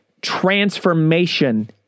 transformation